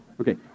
Okay